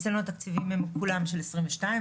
אצלנו התקציבים הם כולם של 2022,